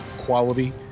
quality